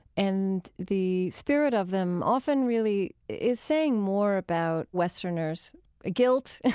and the spirit of them often really is saying more about westerners' ah guilt, and